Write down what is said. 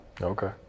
Okay